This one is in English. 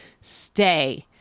stay